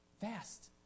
Fast